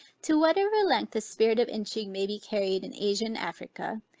to whatever length the spirit of intrigue may be carried in asia and africa,